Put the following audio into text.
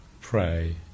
pray